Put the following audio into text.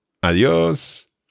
Adiós